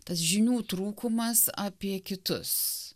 tas žinių trūkumas apie kitus